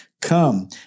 come